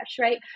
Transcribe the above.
right